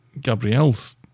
Gabrielle's